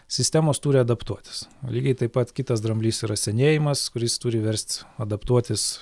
sistemos turi adaptuotis lygiai taip pat kitas dramblys yra senėjimas kuris turi verst adaptuotis